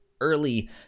early